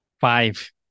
five